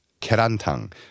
Kerantang